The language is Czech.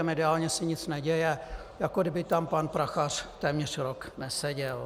Mediálně se nic neděje, jako kdyby tam pan Prachař téměř rok neseděl.